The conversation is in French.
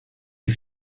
les